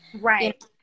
Right